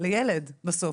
לילד בסוף,